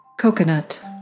Coconut